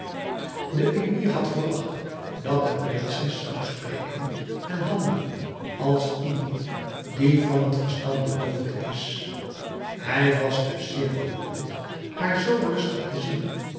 de emir had verwacht dat de prinses zou spreken en handelen als iemand die van het verstand beroofd is hij was dus zeer verwonderd haar zoo rustig te zien